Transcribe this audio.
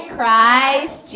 Christ